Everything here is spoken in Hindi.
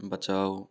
बचाओ